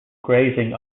grazing